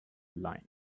line